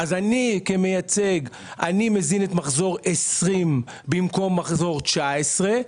אני כמייצג מזין את מחזור 2020 במקום מחזור 2019,